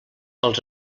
els